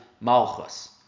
Malchus